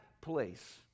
place